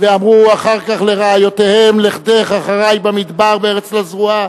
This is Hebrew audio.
ואמרו אחר כך לרעיותיהם: לכתך אחרי במדבר בארץ לא זרועה.